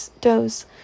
doze